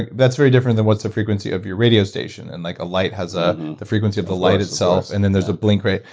that's very different than what's the frequency of your radio station. and like a light has ah the frequency of the light itself, and then there's a blink, right?